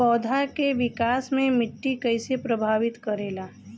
पौधा के विकास मे मिट्टी कइसे प्रभावित करेला?